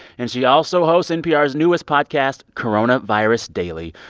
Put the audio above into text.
and she also hosts npr's newest podcast, coronavirus daily,